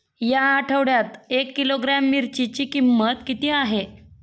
या आठवड्यात एक किलोग्रॅम मिरचीची किंमत किती आहे?